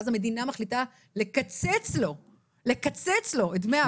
ואז המדינה מחליטה לקצץ לו את דמי האבטלה.